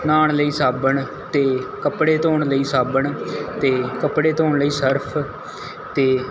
ਨਾਅਣ ਲਈ ਸਾਬਣ ਅਤੇ ਕੱਪੜੇ ਧੋਣ ਲਈ ਸਾਬਣ ਅਤੇ ਕੱਪੜੇ ਧੋਣ ਲਈ ਸਰਫ਼ ਅਤੇ